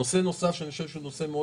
נושא נוסף שאני חושב שהוא נושא מאוד